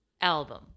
album